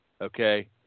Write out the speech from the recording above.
Okay